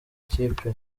kipe